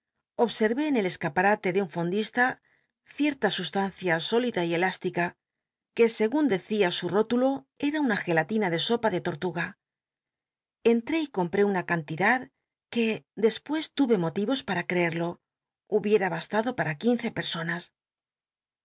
observé en el esea para le de un fondista ierta sustancia sólida y elástica que segun decía su rótulo em una gelatina de sopa de tortuga entré y com pré una cantidad os para crced o hubiera e moti y que df spues luy bastado para quince personas